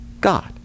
god